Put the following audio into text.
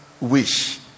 wish